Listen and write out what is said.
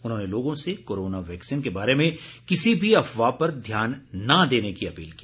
उन्होंने लोगों से कोरोना वैक्सीन के बारे में किसी भी अफवाह पर ध्यान न देने की अपील की